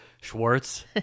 Schwartz